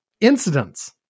incidents